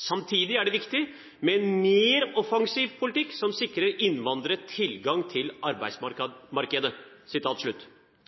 «Samtidig er det viktig med en mer offensiv politikk som sikrer innvandrere tilgang til arbeidsmarkedet.» På regjeringens nettside framgår følgende sitat